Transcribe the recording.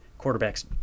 quarterbacks